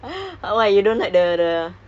cause like kecoh